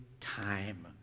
time